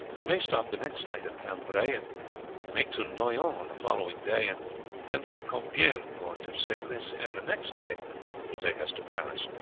and may stop the next night at cambrai, and make to noyon on the following day, and thence to compiegne or to senlis, and the next day will take us to paris.